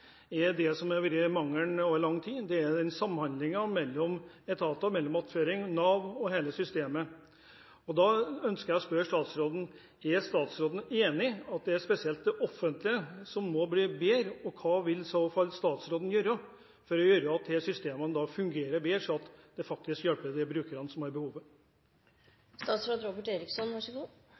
er noe som må gjøres nå, for gjennom de siste åtte årene har dessverre veldig mange ungdommer falt utenfor systemene. Litt av det jeg forventer når statsråden trekker tilbake den meldingen, gjelder det som har vært mangelen over lang tid; samhandlingen mellom etater, mellom attføring, Nav og hele systemet. Da ønsker jeg å spørre statsråden: Er statsråden enig i at det er spesielt det offentlige som må bli bedre, og hva vil han i så fall gjøre for at disse systemene